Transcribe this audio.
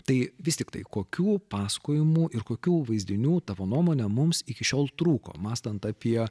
tai vis tiktai kokių pasakojimų ir kokių vaizdinių tavo nuomone mums iki šiol trūko mąstant apie